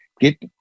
get